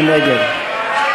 מי נגד?